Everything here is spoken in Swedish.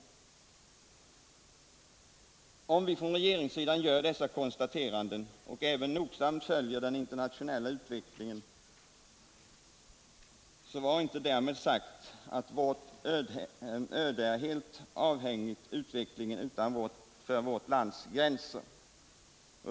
När vi från regeringssidan gör dessa konstateranden och även nogsamt följer den internationella utvecklingen, så är därmed dock inte sagt att vårt öde är helt avhängigt av utvecklingen utanför vårt lands gränser.